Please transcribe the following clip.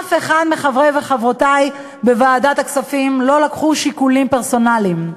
אף אחד מחברי וחברותי בוועדת הכספים לא עשה שיקולים פרסונליים,